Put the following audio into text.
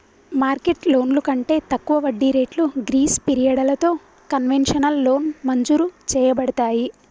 market లోన్లు కంటే తక్కువ వడ్డీ రేట్లు గ్రీస్ పిరియడలతో కన్వెషనల్ లోన్ మంజురు చేయబడతాయి